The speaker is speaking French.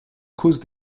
cause